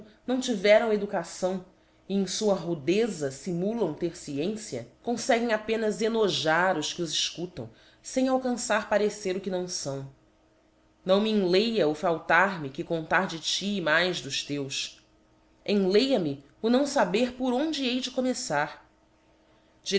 não tiveram educação e em fua rudeza fimulam ter fciencia confeguem apenas enojada os que os efcutam fem alcançar parecer o que não fáo não me enleia o faltar me que contar de tí e mais dos teus enleia me o não faber por onde hei de começar